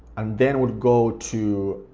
and then we'd go to